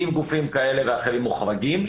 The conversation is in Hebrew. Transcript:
אם גופים כאלה ואחרים מוחרגים,